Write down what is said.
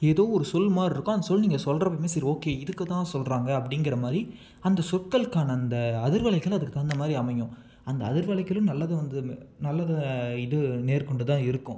ஏதோ ஒரு சொல் மாதிரி இருக்கும் அந்த சொல் நீங்கள் சொல்கிறப்பையுமே சரி ஓகே இதுக்குதான் சொல்கிறாங்க அப்படிங்குற மாதிரி அந்த சொற்களுக்கான அந்த அதிர்வலைகள் அதுக்கு தகுந்தமாதிரி அமையும் அந்த அதிர்வலைக்குள் நல்லதும் வந்து நல்லது இது நேர்க்கொண்டுதான் இருக்கும்